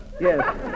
Yes